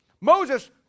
Moses